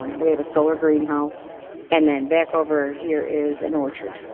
we have a solar greenhouse and then back over here is an orchard.